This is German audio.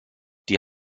die